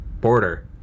border